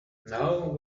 now